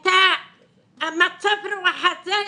את מצב הרוח הזה,